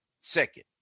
second